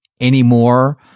anymore